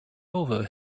over